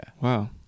Wow